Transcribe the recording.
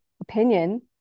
opinion